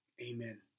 Amen